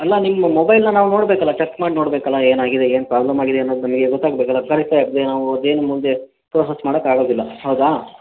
ಅಲ್ಲ ನಿಮ್ಮ ಮೊಬೈಲನ್ನ ನಾವು ನೋಡಬೇಕಲ್ಲ ಚಕ್ ಮಾಡಿ ನೋಡಬೇಕಲ್ಲ ಏನಾಗಿದೆ ಏನು ಪ್ರಾಬ್ಲಮ್ ಆಗಿದೆ ಅನ್ನೋದು ನಮಗೆ ಗೊತ್ತಾಗಬೇಕಲ್ಲ ನಾವು ಅದೇನೂ ಮುಂದೆ ಪ್ರೋಸಸ್ ಮಾಡಕ್ಕೆ ಆಗೋದಿಲ್ಲ ಹೌದಾ